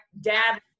dad